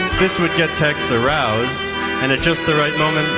this would get tex aroused and at just the right moment,